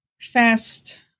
fast